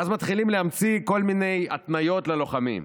ואז מתחילים להמציא כל מיני התניות ללוחמים,